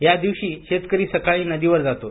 या दिवशी शेतकरी सकाळी नदीवर जातो